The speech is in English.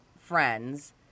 Friends